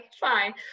fine